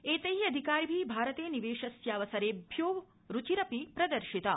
एतै अधिकारिभिः भारते निवेशस्यावसरेभ्यो रूचिरपि प्रदर्शिता